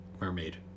Mermaid